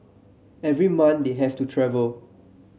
every month they have to travel